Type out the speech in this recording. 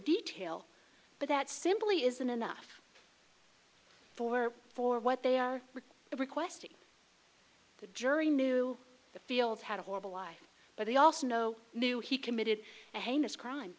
detail but that simply isn't enough for for what they are requesting the jury knew the fields had a horrible life but they also know knew he committed a heinous crime